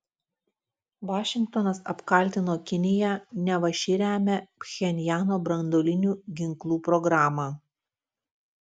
vašingtonas apkaltino kiniją neva ši remia pchenjano branduolinių ginklų programą